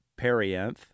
perianth